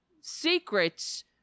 secrets